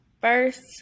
first